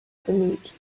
bemüht